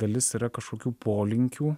dalis yra kažkokių polinkių